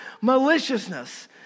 maliciousness